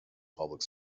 public